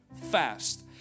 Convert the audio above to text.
fast